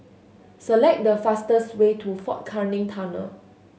select the fastest way to Fort Canning Tunnel